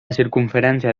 circumferència